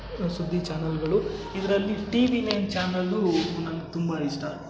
ಸುದ್ದಿ ಚಾನಲ್ಗಳು ಇದರಲ್ಲಿ ಟಿವಿ ನೈನ್ ಚಾನಲ್ಲೂ ನನ್ಗೆ ತುಂಬ ಇಷ್ಟ